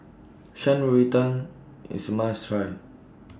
Shan Rui Tang IS must Try